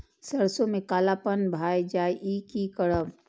सरसों में कालापन भाय जाय इ कि करब?